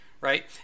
Right